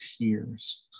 tears